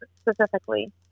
specifically